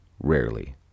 Rarely